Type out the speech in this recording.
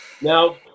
Now